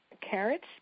Carrots